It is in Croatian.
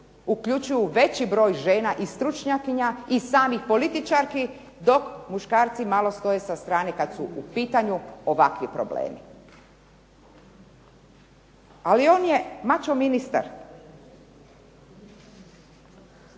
uključuju veći broj žena i stručnjakinja i samih političarki, dok muškarci malo stoje sa strane dok su u pitanju ovakvi problemi. Ali on je mačo ministar.